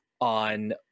on